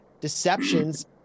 deceptions